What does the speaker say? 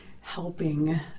helping